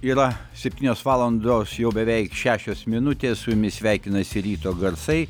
yra septynios valandos jau beveik šešios minutės su jumis sveikinasi ryto garsai